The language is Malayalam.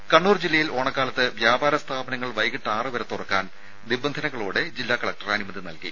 രുര കണ്ണൂർ ജില്ലയിൽ ഓണക്കാലത്ത് വ്യാപാര സ്ഥാപനങ്ങൾ വൈകിട്ട് ആറുവരെ തുറക്കാൻ നിബന്ധനകളോടെ ജില്ലാ കലക്ടർ അനുമതി നൽകി